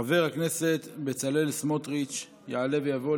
חבר הכנסת בצלאל סמוטריץ' יעלה ויבוא.